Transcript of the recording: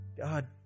God